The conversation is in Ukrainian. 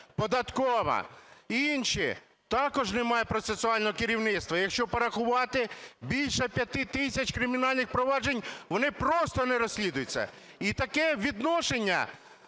податкова, інші - також немає процесуального керівництва. Якщо порахувати, більше 5 тисяч кримінальних проваджень, вони просто не розслідуються. І таке відношення